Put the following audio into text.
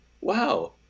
Wow